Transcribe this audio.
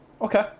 Okay